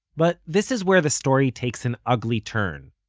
but this is where the story takes an ugly turn,